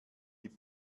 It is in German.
die